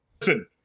listen